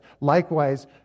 Likewise